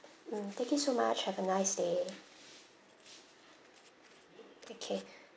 mm thank you so much have a nice day okay